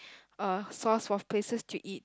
uh source of places to eat